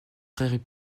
très